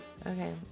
Okay